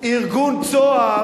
ארגון "צהר"